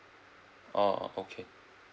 ah okay